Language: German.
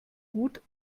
gut